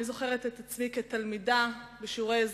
אני זוכרת את עצמי כתלמידה בשיעורי אזרחות: